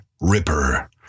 Ripper